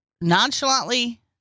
nonchalantly